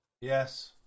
yes